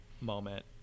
moment